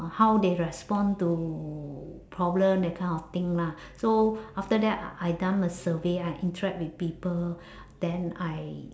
on how they respond to problem that kind of thing lah so after that I I done my survey I interact with people then I